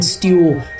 Stew